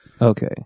Okay